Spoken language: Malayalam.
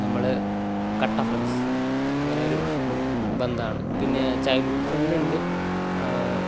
നമ്മൾ കട്ട ഫ്രണ്ട്സ് അങ്ങനെ ഒരു ബന്ധമാണ് പിന്നെ ചൈൽഡ്ഹുഡ് ഫ്രണ്ട് ഉണ്ട്